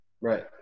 Right